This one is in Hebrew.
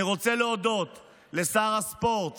אני רוצה להודות לשר הספורט